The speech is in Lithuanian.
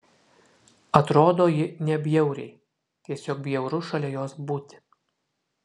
atrodo ji nebjauriai tiesiog bjauru šalia jos būti